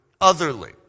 otherly